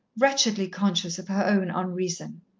wretchedly conscious of her own unreason.